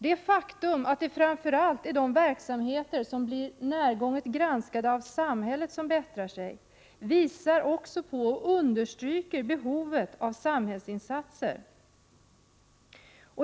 Det faktum att det framför allt är de verksamheter som blir närgånget granskade av samhället som bättrar sig visar också på och understryker behovet av samhällsinsatser.